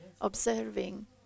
observing